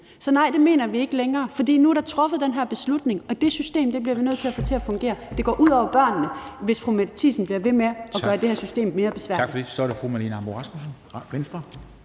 Så nej, det mener vi ikke længere, fordi der nu er truffet den her beslutning, og det system bliver vi nødt til at få til at fungere. Det går ud over børnene, hvis fru Mette Thiesen bliver ved med at gøre det her system mere besværligt.